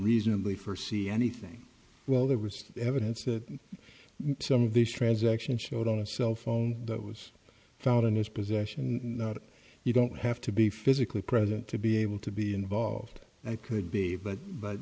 reasonably forsee anything well there was evidence that some of these transactions showed on a cellphone that was found in his possession not you don't have to be physically present to be able to be involved that could be but but